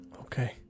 okay